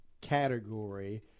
Category